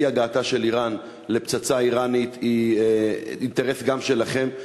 אי-הגעתה של איראן לפצצה איראנית הוא אינטרס גם שלכם,